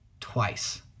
twice